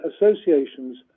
Association's